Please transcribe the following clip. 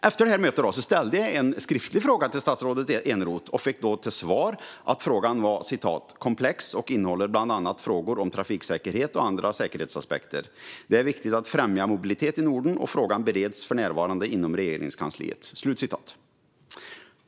Efter mötet ställde jag en skriftlig fråga till statsrådet Eneroth och fick då till svar att frågan var "komplex och innehåller bland annat frågor om trafiksäkerhet och andra säkerhetsaspekter. Det är viktigt att främja mobilitet i Norden och frågan bereds för närvarande inom Regeringskansliet".